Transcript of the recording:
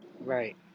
right